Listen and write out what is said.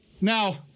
now